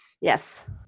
Yes